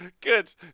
good